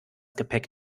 gepäck